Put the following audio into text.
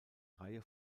reihe